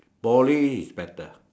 Poly is better